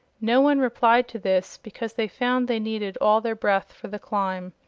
no one replied to this, because they found they needed all their breath for the climb.